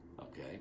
okay